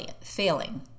failing